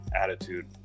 attitude